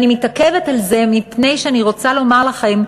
אני מתעכבת על זה מפני שאני רוצה לומר לכם,